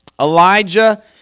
Elijah